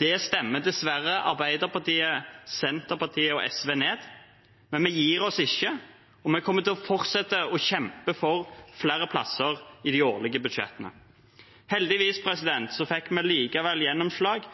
Det stemmer dessverre Arbeiderpartiet, Senterpartiet og SV ned. Men vi gir oss ikke, og vi kommer til å fortsette å kjempe for flere plasser i de årlige budsjettene. Heldigvis fikk vi likevel gjennomslag